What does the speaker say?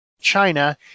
China